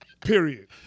Period